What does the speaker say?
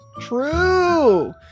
True